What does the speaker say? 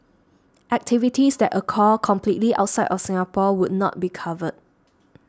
activities that occur completely outside of Singapore would not be covered